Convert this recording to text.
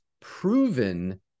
proven